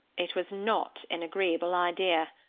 it was not an agreeable idea.